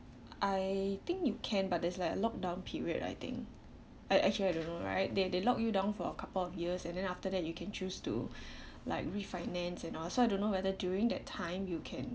I think you can but there's like a lock down period I think I actually I don't know right they they lock you down for a couple of years and then after that you can choose to like refinance and all so I don't know whether during that time you can